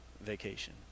vacation